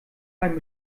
einem